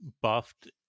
buffed